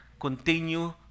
continue